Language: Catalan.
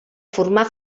formar